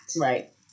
Right